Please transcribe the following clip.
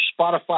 Spotify